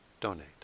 donate